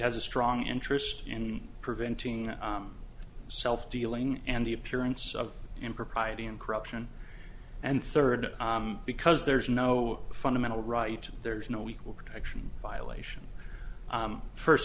has a strong interest in preventing self dealing and the appearance of impropriety and corruption and third because there's no fundamental right there's no equal protection violation first